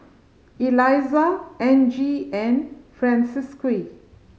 Elizah Angie and Francisqui